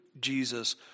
Jesus